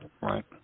Right